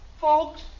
Folks